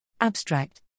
Abstract